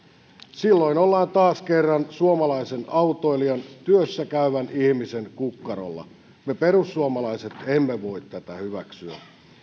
silloin ollaan taas kerran suomalaisen autoilijan työssä käyvän ihmisen kukkarolla me perussuomalaiset emme voi tätä hyväksyä